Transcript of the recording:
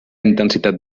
intensitat